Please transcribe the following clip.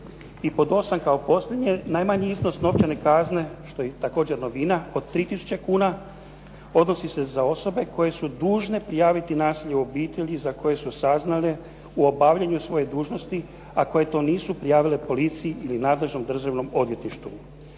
I pod 8 kao posljednje. Najmanji iznos novčane kazne, što je također novina, od 3000 kuna odnosi se za osobe koje su dužne prijaviti nasilje u obitelji za koje su saznale u obavljanju svoje dužnosti, a koje to nisu prijavile policiji ili nadležnom državnom odvjetništvu.